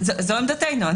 --- זו עמדתנו.